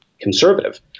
conservative